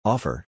Offer